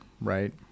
right